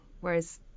Whereas